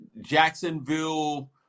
Jacksonville